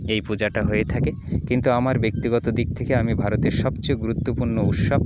এই পূজাটা হয়ে থাকে কিন্তু আমার ব্যক্তিগত দিক থেকে আমি ভারতের সবচেয়ে গুরুত্বপূর্ণ উৎসব